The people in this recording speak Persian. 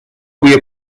بوی